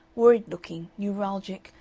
worried-looking, neuralgic,